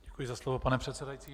Děkuji za slovo, pane předsedající.